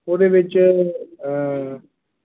ਉਹਦੇ ਵਿੱਚ